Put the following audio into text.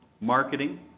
marketing